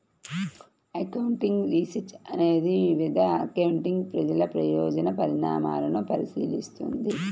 accounting research అనేది వివిధ accounting ప్రజా ప్రయోజన పరిణామాలను పరిశీలిస్తుంది